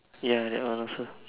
ya that one also